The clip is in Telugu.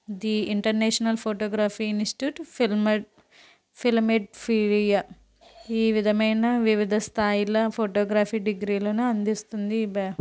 ది ఇంటర్నేషనల్ ఫోటోగ్రఫీ ఇన్స్టిట్యూట్ ఫిలమిడ్ ఫిలమిడ్ ఫీడియా ఈ విధమైన వివిధ స్థాయిల ఫోటోగ్రఫీ డిగ్రీలను అందిస్తుంది ఈ బ్యా